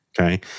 Okay